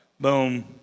boom